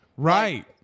Right